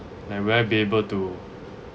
will I be able to